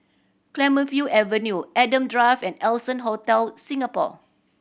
Clemenceau Avenue Adam Drive and Allson Hotel Singapore